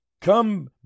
come